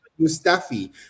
Mustafi